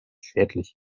schädlich